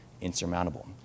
insurmountable